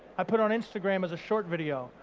i put on instagram as a short video,